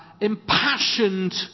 impassioned